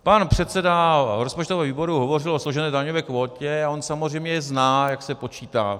Pan předseda rozpočtového výboru hovořil o složené daňové kvótě a on samozřejmě zná, jak se počítá.